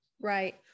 right